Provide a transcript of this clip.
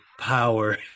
power